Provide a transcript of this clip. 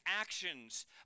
actions